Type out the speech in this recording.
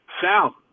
Sal